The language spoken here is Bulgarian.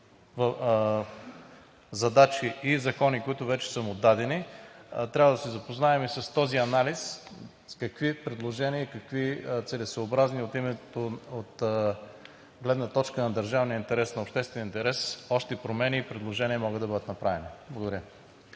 задачи и закони, които вече са му дадени. Трябва да се запознаем и с този анализ, с какви предложения и какви целесъобразни от гледна точка на държавния интерес, на обществения интерес, още промени и предложения могат да бъдат направени. Благодаря.